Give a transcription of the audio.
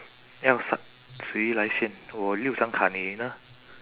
要 start 谁来先我六张卡你呢